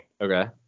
Okay